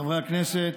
חברי הכנסת,